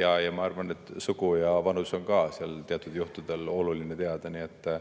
Ja ma arvan, et sugu ja vanust on ka teatud juhtudel oluline teada.